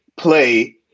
play